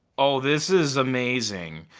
oh this is amazing.